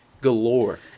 galore